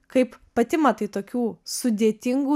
kaip pati matai tokių sudėtingų